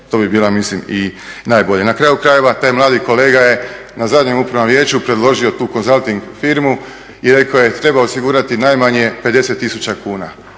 to bi bilo mislim i najbolje. Na kraju krajeva, taj mladi kolega je na zadnjem Upravnom vijeću predložio tu … firmu i rekao je, treba osigurati najmanje 50 tisuća kuna.